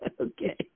Okay